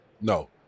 No